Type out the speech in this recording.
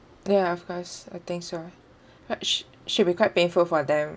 ya of course I think so quite sh~ should be quite painful for them